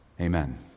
Amen